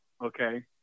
okay